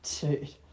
dude